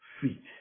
feet